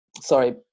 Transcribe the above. sorry